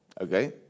Okay